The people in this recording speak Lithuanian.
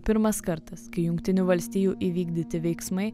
pirmas kartas kai jungtinių valstijų įvykdyti veiksmai